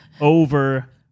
over